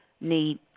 need